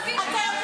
אז הינה,